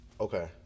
Okay